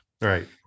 Right